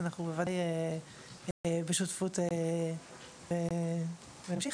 אנחנו בוודאי בשותפות ונמשיך.